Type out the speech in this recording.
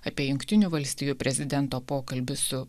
apie jungtinių valstijų prezidento pokalbį su